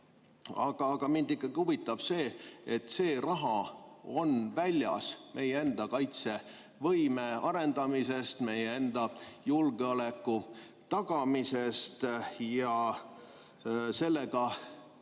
Aga mind ikkagi huvitab see, sest see raha on väljas meie enda kaitsevõime arendamisest, meie enda julgeoleku tagamisest. Ja selles,